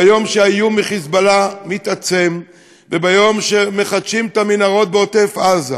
ביום שהאיום מ"חיזבאללה" מתעצם וביום שמחדשים את המנהרות בעוטף-עזה,